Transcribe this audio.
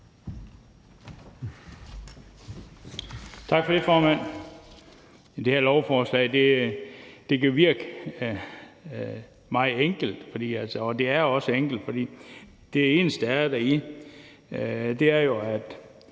Tak for det, formand. Det her lovforslag kan virke meget enkelt, og det er også enkelt, for det eneste, der er deri, er jo, at